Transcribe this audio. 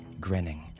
grinning